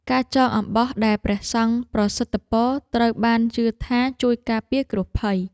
ការចងអំបោះដែលព្រះសង្ឃប្រសិទ្ធពរ ត្រូវបានជឿថាជួយការពារគ្រោះភ័យ។